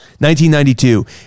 1992